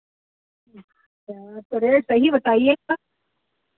अच्छा तो रेट सही बताइए इसका